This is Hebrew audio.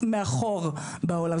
מאחור בעולם,